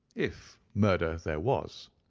if murder there was.